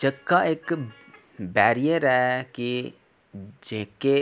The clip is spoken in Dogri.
जेह्का इक्क बैरियर ऐ की जेह्के